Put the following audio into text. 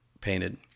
painted